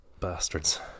bastards